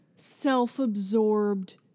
Self-absorbed